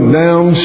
down